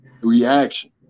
reaction